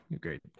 great